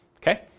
Okay